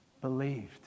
believed